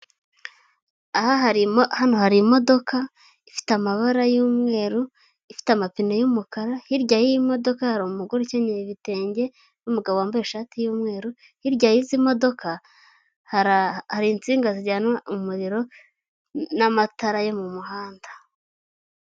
Aha harimo hano hari imodoka ifite amabara y'umweru ifite amapine y'umukara hirya y'imodoka hari umugore ukenyera ibitenge n'umugabo wambaye ishati y'umweru, hirya y'izi modoka hari insinga zijyana umuririro n'amatara yo mu muhanda.